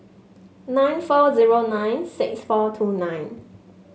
nine four zero nine six four two nine